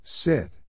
Sit